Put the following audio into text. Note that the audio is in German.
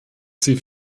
sie